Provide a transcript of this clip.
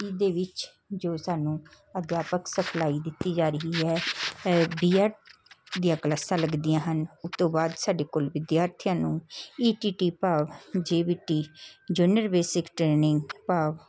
ਇਹਦੇ ਵਿੱਚ ਜੋ ਸਾਨੂੰ ਅਧਿਆਪਕ ਸਿਖਲਾਈ ਦਿੱਤੀ ਜਾ ਰਹੀ ਹੈ ਬੀਐਡ ਦੀਆਂ ਕਲਾਸਾਂ ਲੱਗਦੀਆਂ ਹਨ ਉਸ ਤੋਂ ਬਾਅਦ ਸਾਡੇ ਕੋਲ ਵਿਦਿਆਰਥੀਆਂ ਨੂੰ ਈ ਟੀ ਟੀ ਭਾਵ J B T junior basic training ਭਾਵ